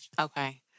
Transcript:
Okay